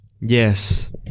yes